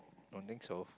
don't think so